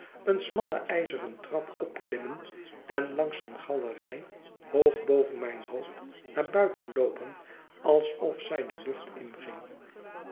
een smalle ijzeren trap opklimmen en langs een galerij hoog boven mijn hoofd naar buiten loopen alsof zij de lucht inging